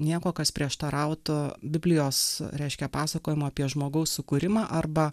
nieko kas prieštarautų biblijos reiškia pasakojimą apie žmogaus sukūrimą arba